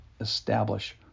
establish